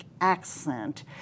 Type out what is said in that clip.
accent